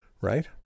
right